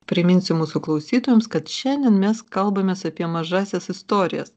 priminsiu mūsų klausytojams kad šiandien mes kalbamės apie mažąsias istorijas